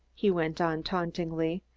he went on tauntingly.